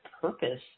purpose